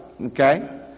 Okay